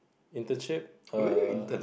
internship err